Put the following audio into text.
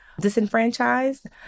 disenfranchised